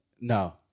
No